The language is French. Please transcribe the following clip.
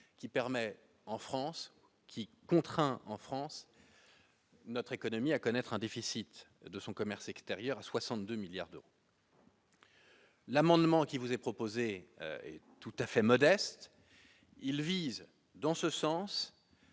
qui permet en France qui contraint en France notre économie à connaître un déficit de son commerce extérieur à 62 milliards de. L'amendement qui vous est proposé est tout à fait modeste, il vise dans ce sens,